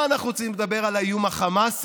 מה אנחנו צריכים לדבר על האיום החמאסי?